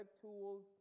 tools